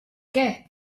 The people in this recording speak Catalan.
què